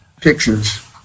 pictures